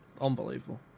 Unbelievable